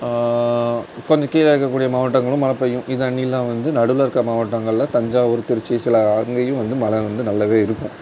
கொஞ்சம் கீழே இருக்கக்கூடிய மாவட்டங்களும் மழை பெய்யும் இது அன்னில வந்து நடுவில் இருக்க மாவட்டங்களில் தஞ்சாவூர் திருச்சி சில அங்கேயும் வந்து மழை வந்து நல்லா இருக்கும்